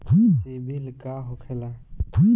सीबील का होखेला?